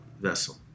vessel